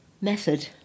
Method